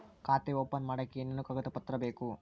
ಖಾತೆ ಓಪನ್ ಮಾಡಕ್ಕೆ ಏನೇನು ಕಾಗದ ಪತ್ರ ಬೇಕು?